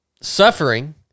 suffering